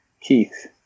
keith